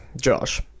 Josh